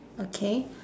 okay